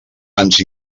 ens